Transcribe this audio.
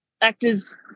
actors